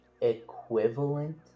equivalent